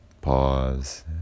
pause